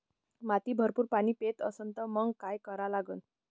माती भरपूर पाणी पेत असन तर मंग काय करा लागन?